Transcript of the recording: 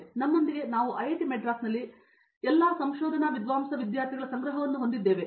ನಮ್ಮೊಂದಿಗೆ ನಾವು ಐಐಟಿ ಮದ್ರಾಸ್ನಲ್ಲಿ ಎಲ್ಲಾ ಸಂಶೋಧನಾ ವಿದ್ವಾಂಸರು ವಿದ್ಯಾರ್ಥಿಗಳ ಸಂಗ್ರಹವನ್ನು ಹೊಂದಿದ್ದೇವೆ